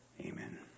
Amen